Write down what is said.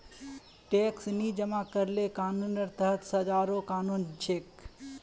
tax नी जमा करले कानूनेर तहत सजारो कानून छेक